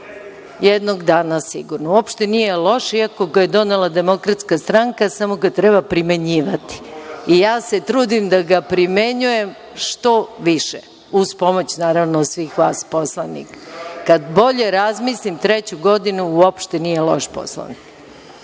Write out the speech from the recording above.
jednog dana sigurno. Uopšte nije loš, iako ga je donela Demokratska stranka, samo ga treba primenjivati i ja se trudim da ga primenjujem što više, uz pomoć, naravno, svih vas poslanika. Kad bolje razmislim, treću godinu, uopšte nije loš Poslovnik. Što